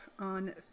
on